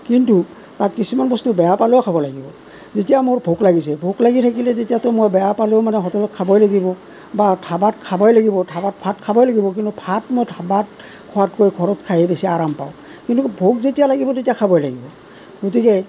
কিন্তু তাত কিছুমান বস্তু বেয়া পালেও খাব লাগিব যেতিয়া মোৰ ভোক লাগিছে ভোক লাগি থাকিলে যেতিয়াতো মোৰ বেয়া পালেওঁ মানে হোটেলত খাবই লাগিব বা ধাবাত খাবই লাগিব ধাবাত ভাত খাবই লাগবি কিন্তু ভাত মই ধাবাত খোৱাতকৈ ঘৰত খাইহে বেছি আৰাম পাওঁ কিন্তু ভোক যেতিয়া লাগিব তেতিয়া খাবই লাগিব গতিকে